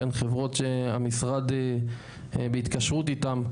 חברות שהמשרד בהתקשרות איתם,